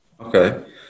Okay